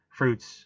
fruits